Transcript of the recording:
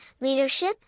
leadership